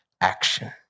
action